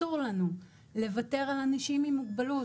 אסור לנו לוותר על אנשים עם מוגבלות,